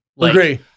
agree